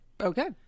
Okay